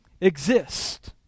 exist